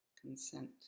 consent